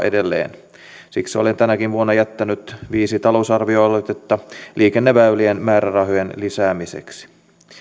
edelleen siksi olen tänäkin vuonna jättänyt viisi talousarvioaloitetta liikenneväylien määrärahojen lisäämiseksi